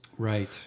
Right